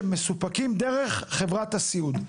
שמסופקים דרך חברת הסיעוד.